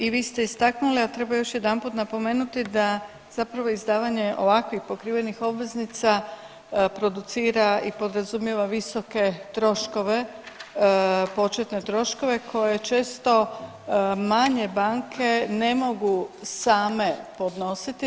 I vi ste istaknuli, a treba još jedanput napomenuti da zapravo izdavanje ovakvih pokrivenih obveznica producira i podrazumijeva visoke troškove početne troškove koje često manje banke ne mogu same podnositi.